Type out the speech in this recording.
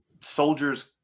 soldiers